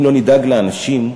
אם לא נדאג לאנשים,